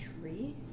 Tree